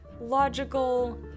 logical